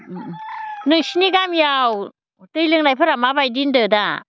नोंसोरनि गामियाव दै लोंनायफोरा माबायदि होनदों दा